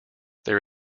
there